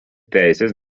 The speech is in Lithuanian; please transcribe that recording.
teisės